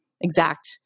exact